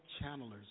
channelers